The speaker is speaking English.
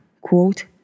quote